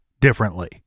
differently